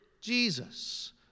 Jesus